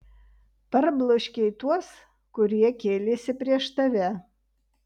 parbloškei tuos kurie kėlėsi prieš tave